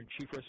chief